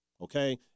okay